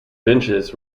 benches